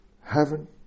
heaven